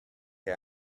che